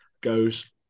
goes